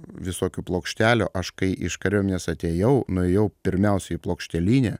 visokių plokštelių aš kai iš kariuomenės atėjau nuėjau pirmiausiai į plokštelinę